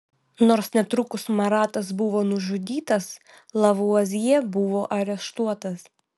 nors netrukus maratas buvo nužudytas lavuazjė buvo areštuotas